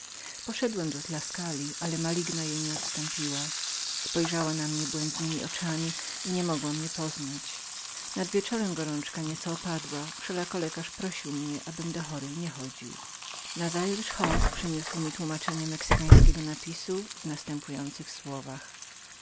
poszedłem do tuskuli ale maligna jej nie odstępowała spojrzała na mnie błędnemi oczyma i nie mogła mnie poznać nad wieczorem gorączka nieco zwolniała wszelako lekarz prosił mnie abym do niej nie chodził nazajutrz xoaz przyniósł mi tłumaczenie mexykańskiego napisu w następujących słowach